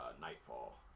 Nightfall